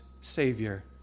Savior